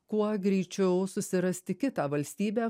kuo greičiau susirasti kitą valstybę